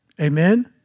Amen